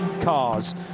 cars